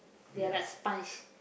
they are like sponge